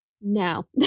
No